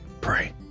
pray